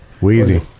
wheezy